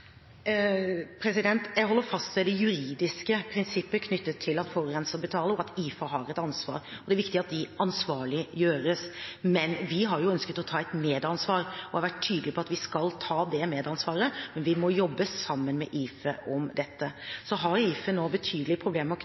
Jeg holder fast ved det juridiske prinsippet knyttet til at forurenser betaler, og at IFE har et ansvar. Det er viktig at de ansvarliggjøres. Men vi har ønsket å ta et medansvar og har vært tydelige på at vi skal ta det ansvaret. Vi må jobbe sammen med IFE om dette. IFE har nå betydelige problemer